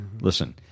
listen